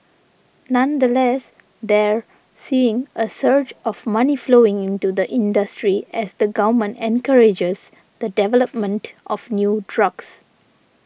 nonetheless they're seeing a surge of money flowing into the industry as the government encourages the development of new drugs